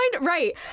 Right